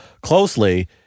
closely